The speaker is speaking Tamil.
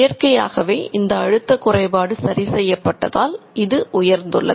இயற்கையாகவே இந்த அழுத்த குறைபாடு சரி செய்யப்பட்டதால் அது உயர்ந்துள்ளது